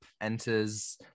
enters